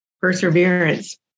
Perseverance